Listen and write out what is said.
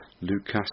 Lucas